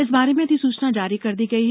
इस बारे में अधिसूचना जारी कर दी गई है